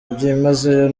byimazeyo